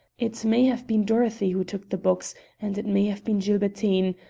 it may have been dorothy who took the box and it may have been gilbertine.